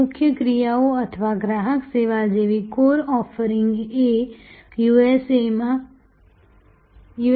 મુખ્ય ક્રિયાઓ અથવા ગ્રાહક સેવા જેવી કોર ઑફરિંગ એ યુ